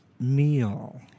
meal